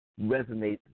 resonate